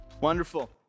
Wonderful